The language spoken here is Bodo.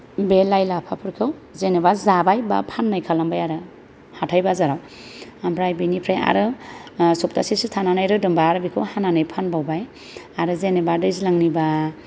बे लाइ लाफाफोरखौ जेनेबा जाबाय बा फाननाय खालामबाय आरो हाथाय बाजाराव ओमफ्राय बेनिफ्राय आरो सप्ताहसेसो थानानै रोदोमब्ला आरो हानानै फानबावबाय आरो जेनेबा दैज्लांनिब्ला